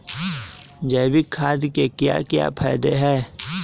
जैविक खाद के क्या क्या फायदे हैं?